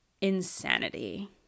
insanity